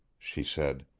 she said.